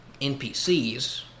NPCs